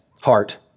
heart